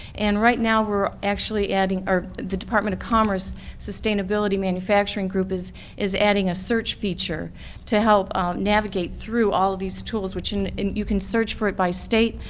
and right now we're actually adding or the department of commerce sustainability manufacturing group is is adding a search feature to help navigate through all these tools, which and and you can search for it by state,